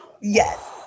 Yes